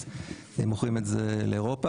הם מוכרים את זה לאירופה,